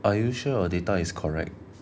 are you sure your data is correct